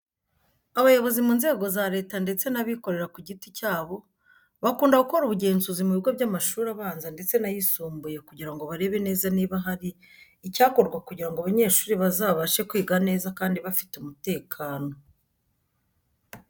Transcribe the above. Abayobozi mu nzego za Leta ndetse n'abikorera ku giti cyabo, bakunda gukora ubugenzuzi mu bigo by'amashuri abanza ndetse n'ayisumbuye kugira ngo barebe neza niba hari icyakorwa kugira ngo abanyeshuri bazabashe kwiga neza kandi bafite umutekano.